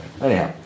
Anyhow